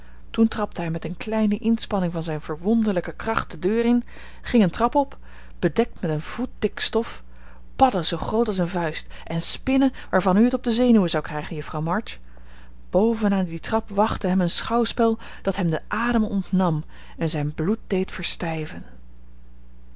toen trapte hij met eene kleine inspanning van zijn verwonderlijke kracht de deur in ging een trap op bedekt met een voet dik stof padden zoo groot als een vuist en spinnen waarvan u het op de zenuwen zou krijgen juffrouw march boven aan die trap wachtte hem een schouwspel dat hem den adem ontnam en zijn bloed deed verstijven namelijk